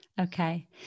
Okay